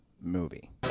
movie